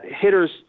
hitters